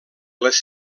les